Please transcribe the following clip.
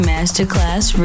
Masterclass